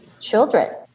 children